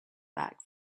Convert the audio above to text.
back